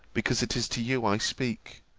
because it is to you i speak,